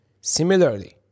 Similarly